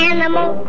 Animal